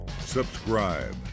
subscribe